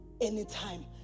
anytime